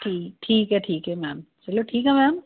ਠੀ ਠੀਕ ਹੈ ਠੀਕ ਹੈ ਮੈਮ ਚਲੋ ਠੀਕ ਹੈ ਮੈਮ